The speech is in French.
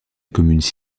communauté